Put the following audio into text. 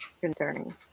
concerning